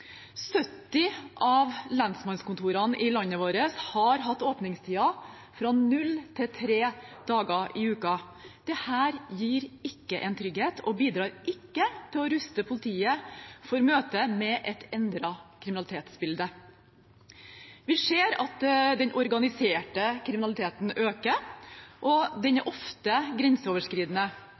70 av lensmannskontorene i landet vårt har hatt åpningstider fra null til tre dager i uken. Dette gir ikke trygghet og bidrar ikke til å ruste politiet for møtet med et endret kriminalitetsbilde. Vi ser at den organiserte kriminaliteten øker, og den er ofte grenseoverskridende.